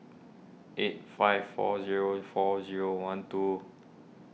eight five four zero four zero one two